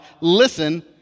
listen